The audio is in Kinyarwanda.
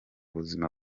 buzima